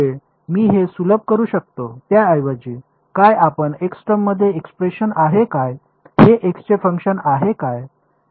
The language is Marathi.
म्हणजे मी हे सुलभ करू शकतो त्याऐवजी काय आपण एक्स टर्ममध्ये एक्सप्रेशन आहे काय हे एक्सचे फंक्शन आहे काय